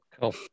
Cool